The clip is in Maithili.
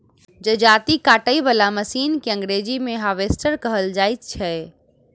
जजाती काटय बला मशीन के अंग्रेजी मे हार्वेस्टर कहल जाइत छै